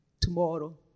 tomorrow